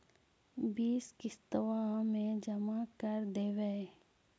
बिस किस्तवा मे जमा कर देवै?